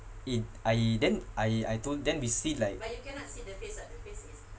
eh I then I I told them we see like